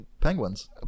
Penguins